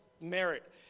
merit